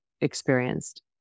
experienced